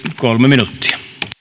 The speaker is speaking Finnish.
kolme minuuttia